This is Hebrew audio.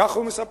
כך הוא מספר.